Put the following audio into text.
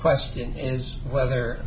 question is whether